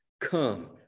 Come